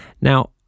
now